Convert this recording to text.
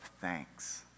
thanks